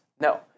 no